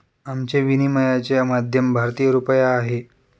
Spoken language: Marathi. आमचे विनिमयाचे माध्यम भारतीय रुपया आहे